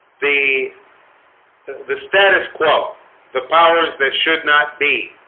the the the status quo the powers that should not be